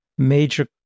major